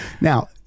now